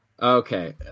Okay